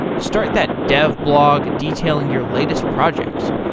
start that dev blog detailing your latest projects.